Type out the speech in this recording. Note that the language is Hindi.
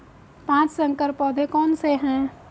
पाँच संकर पौधे कौन से हैं?